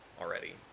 already